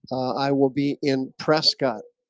i will be in prescott